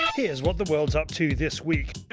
here is what the world is up to this week.